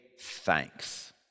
thanks